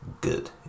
good